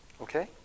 Okay